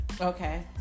Okay